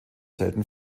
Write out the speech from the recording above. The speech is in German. selten